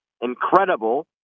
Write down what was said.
incredible